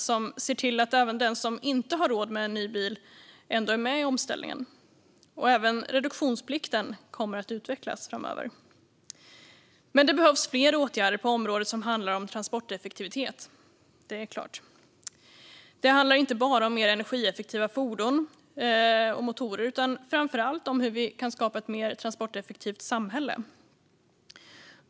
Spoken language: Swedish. Det ser till att även den som inte har råd med en ny bil är med i omställningen, och reduktionsplikten kommer också att utvecklas framöver. Det behövs dock fler åtgärder på området transporteffektivitet - självklart. Det handlar inte bara om mer energieffektiva fordon och motorer utan framför allt om hur vi kan få ett mer transporteffektivt samhälle.